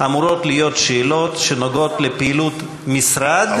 אמורות להיות שאלות שנוגעות בפעילות משרד,